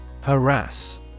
Harass